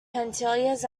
petunias